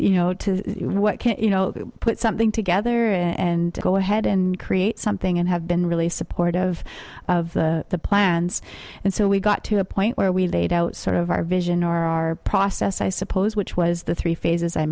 you know to what can you know put something together and go ahead and create something and have been really supportive of the plans and so we got to a point where we laid out sort of our vision our process i suppose which was the three phases i